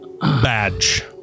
badge